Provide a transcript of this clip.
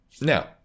Now